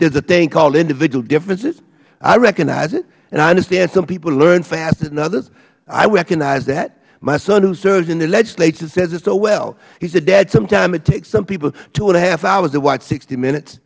there is a thing called individual differences i recognize it and i understand some people learn faster than others i recognize that my son who serves in the legislature says it so well he said dad sometimes it takes some people two and a half hours to watch sixty minutes